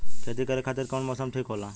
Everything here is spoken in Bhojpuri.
खेती करे खातिर कौन मौसम ठीक होला?